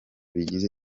bigize